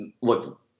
look